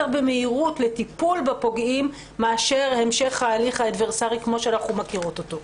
במהירות לטיפול בפוגעים מאשר המשך ההליך האדברסרי כפי שאנחנו מכירות אותו.